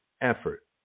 effort